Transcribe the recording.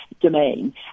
domain